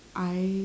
I